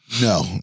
No